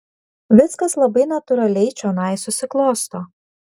viskas labai natūraliai čionai susiklosto